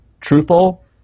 truthful